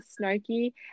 snarky